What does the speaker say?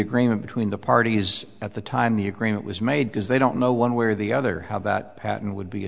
agreement between the parties at the time the agreement was made because they don't know one way or the other how that pat